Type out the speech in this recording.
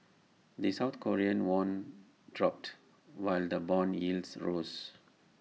the south Korean won dropped while the Bond yields rose